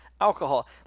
alcohol